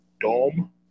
Dome